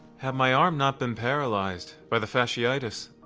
had my arm not been paralyzed by the fasciitis,